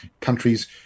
countries